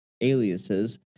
aliases